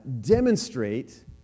demonstrate